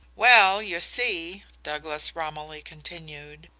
well, you see, douglas romilly continued,